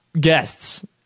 guests